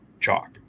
chalk